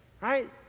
Right